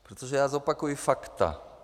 Protože já zopakuji fakta.